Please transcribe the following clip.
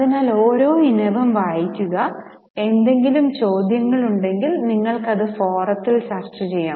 അതിനാൽ ഓരോ ഇനവും വായിക്കുക എന്തെങ്കിലും ചോദ്യങ്ങൾ ഉണ്ടെങ്കിൽ നിങ്ങൾക്ക് അത് ഫോറത്തിൽ ചർച്ചചെയ്യാം